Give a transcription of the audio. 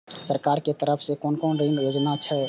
सरकार के तरफ से कोन कोन ऋण योजना छै?